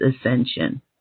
ascension